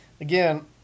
Again